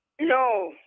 no